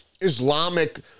Islamic